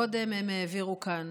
קודם הם העבירו כאן